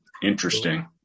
Interesting